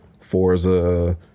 Forza